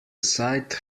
site